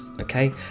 okay